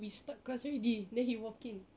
we start class already then he walk in